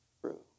true